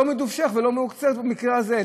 לא מדובשך ולא מעוקצך, במקרה הזה.